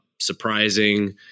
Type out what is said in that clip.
surprising